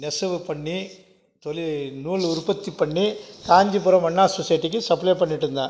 நெசவு பண்ணி தொழில் நூல் உற்பத்தி பண்ணி காஞ்சிபுரம் அண்ணா சொசைட்டிக்கு சப்ளை பண்ணிகிட்டு இருந்தேன்